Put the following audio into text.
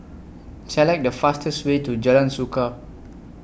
Select The fastest Way to Jalan Suka